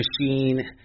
machine